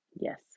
Yes